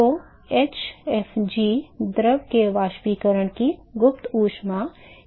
तो hfg द्रव के वाष्पीकरण की गुप्त ऊष्मा है